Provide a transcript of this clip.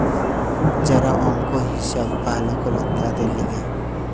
যারা অংক, হিসাব ভালো করে তাদের লিগে